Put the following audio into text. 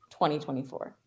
2024